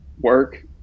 work